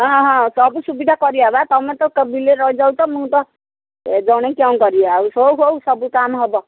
ହଁ ହଁ ସବୁ ସୁବିଧା କରିବା ତୁମେ ତ ବିଲରେ ରହିଯାଉଛ ତ ମୁଁ ତ ଜଣେ କିଅଣ କରିବା ଆଉ ହଉ ହଉ ସବୁ କାମ ହବ